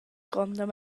gronda